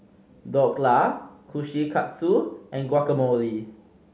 Dhokla Kushikatsu and Guacamole